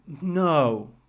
No